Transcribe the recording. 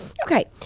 Okay